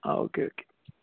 ആ okay okay